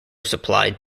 supplied